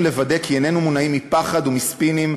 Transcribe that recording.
עלינו לוודא כי איננו מונעים מפחד ומספינים,